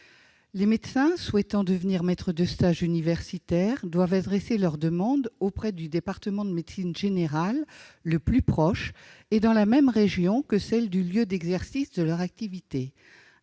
Les médecins souhaitant devenir maîtres de stage universitaire doivent adresser leur demande auprès du département de médecine générale le plus proche et dans la même région que celle du lieu d'exercice de leur activité.